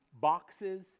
boxes